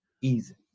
easy